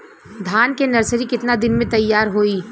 धान के नर्सरी कितना दिन में तैयार होई?